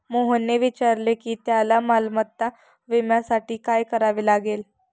मोहनने विचारले की त्याला मालमत्ता विम्यासाठी काय करावे लागेल?